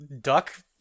duck